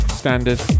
standard